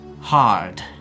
hard